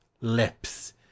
Lips